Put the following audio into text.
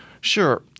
Sure